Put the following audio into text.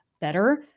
better